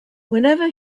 whenever